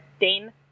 Dane